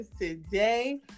today